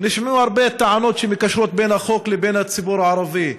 שנשמעו הרבה טענות שמקשרות בין החוק לבין הציבור הערבי.